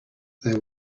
there